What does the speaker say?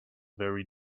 very